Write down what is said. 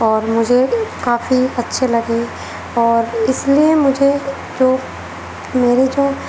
اور مجھے کافی اچھے لگے اور اس لیے مجھے جو میری جو